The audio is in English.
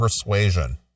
persuasion